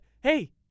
Hey